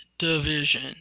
division